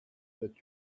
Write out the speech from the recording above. that